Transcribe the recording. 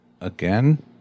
again